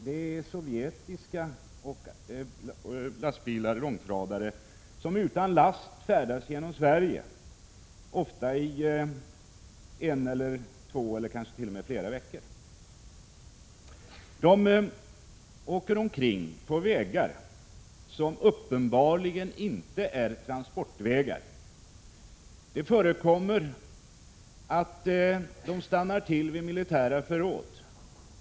Det är sovjetiska lastbilar och långtradare som utan last färdas genom Sverige, ofta en, två eller kanske t.o.m. flera veckor. De åker omkring på vägar som uppenbarligen inte är transportvägar. Det förekommer att de ofta stannar till vid militära förråd.